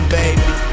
baby